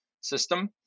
system